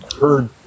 heard